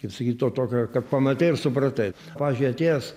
kaip sakyt to tokio kad pamatei ir supratai pavyzdžiui atėjęs